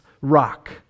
Rock